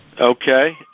Okay